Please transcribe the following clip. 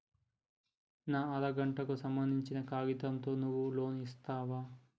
నా అర గంటకు సంబందించిన కాగితాలతో నువ్వు లోన్ ఇస్తవా?